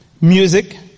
Music